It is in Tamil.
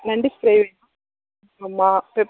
நண்டு ஃப்ரை வேணும் ஆமாம் பெப்